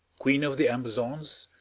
queen of the amazons,